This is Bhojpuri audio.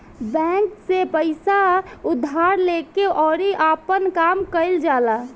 बैंक से पइसा उधार लेके अउरी आपन काम कईल जाला